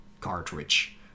cartridge